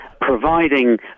providing